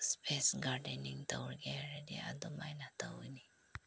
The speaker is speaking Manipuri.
ꯏꯁꯄꯦꯁ ꯒꯥꯔꯗꯦꯟꯅꯤꯡ ꯇꯧꯔꯒꯦ ꯍꯥꯏꯔꯗꯤ ꯑꯗꯨꯃꯥꯏꯅ ꯇꯧꯒꯅꯤ